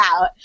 out